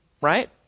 right